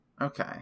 Okay